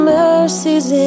mercies